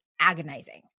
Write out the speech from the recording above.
agonizing